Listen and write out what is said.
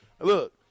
Look